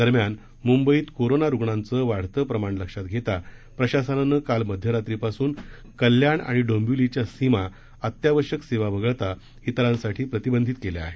दरम्यान मुंबईत कोरोना रूग्णांचं वाढतं प्रमाण लक्षात घेता प्रशासनानं काल मध्यरात्रीपासून कल्याण आणि डोंबिवलीच्या सीमा अत्यावश्यक सेवा वगळता तिरांसाठी प्रतिबंधीत केल्या आहेत